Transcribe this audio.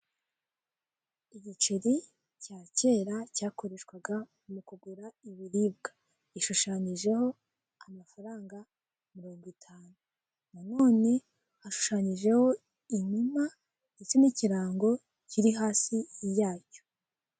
Umuntu ufite mikoro inyuma ye haritete irimo abantu, n'abayobozi ari kubwira abaturage bariri mu nama cyangwa bari mu biganiro umuntu ufite mikoro yambaye ijire afite icyo ashinzwe buriya arikugira ubutumwa cyangwa mesaje agenera ababo arikubwira.